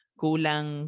kulang